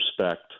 respect